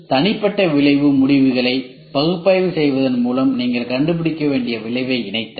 தனிப்பட்ட விளைவு முடிவுகளை பகுப்பாய்வு செய்வதன் மூலம் நீங்கள் கண்டுபிடிக்கக்கூடிய விளைவை இணைத்தல்